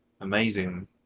amazing